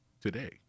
today